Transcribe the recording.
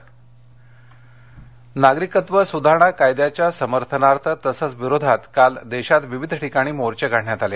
मोर्चा नागरिकत्व सुधारणा कायद्याच्या समर्थनार्थ तसंच विरोधात काल देशात विविध ठिकाणी मोर्चे काढण्यात आले